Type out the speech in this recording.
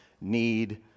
need